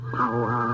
power